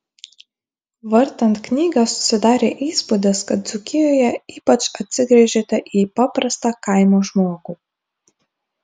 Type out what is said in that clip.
vartant knygą susidarė įspūdis kad dzūkijoje ypač atsigręžėte į paprastą kaimo žmogų